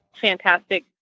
fantastic